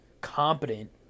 competent